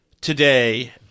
today